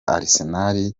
arsenal